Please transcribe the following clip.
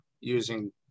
using